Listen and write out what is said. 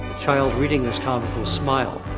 child reading this comic will smile.